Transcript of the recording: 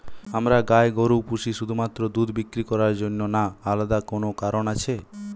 আমরা গাই গরু পুষি শুধুমাত্র দুধ বিক্রি করার জন্য না আলাদা কোনো কারণ আছে?